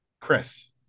Chris